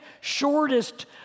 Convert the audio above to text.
shortest